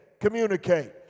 Communicate